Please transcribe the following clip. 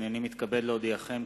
הנני מתכבד להודיעכם,